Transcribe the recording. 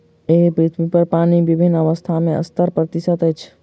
एहि पृथ्वीपर पानि विभिन्न अवस्था मे सत्तर प्रतिशत अछि